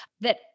that-